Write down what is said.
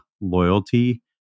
loyalty